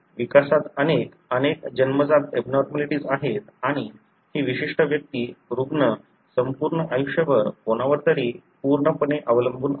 विकासात अनेक अनेक जन्मजात एबनॉर्मलिटीज आहेत आणि ही विशिष्ट व्यक्ती रुग्ण संपूर्ण आयुष्यभर कोणावर तरी पूर्णपणे अवलंबून असते